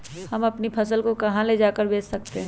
हम अपनी फसल को कहां ले जाकर बेच सकते हैं?